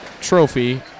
trophy